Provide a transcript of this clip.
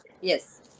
Yes